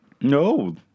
No